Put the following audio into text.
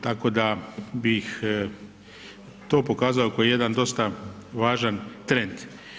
Tako da bih to pokazao kao jedan dosta važan trend.